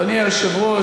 אדוני היושב-ראש,